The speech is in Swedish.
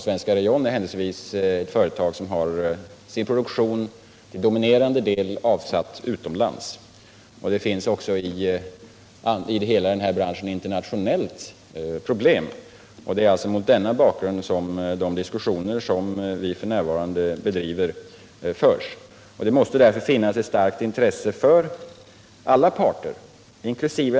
Svenska Rayon är händelsevis ett företag som har en dominerande del av sin produktion avsatt utomlands. Det finns också internationellt i hela denna bransch problem, och det är alltså mot den bakgrunden som de diskussioner vi f. n. bedriver förs. Det måste därför finnas ett starkt intresse för alla parter, inkl.